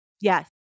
Yes